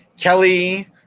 Kelly